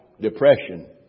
depression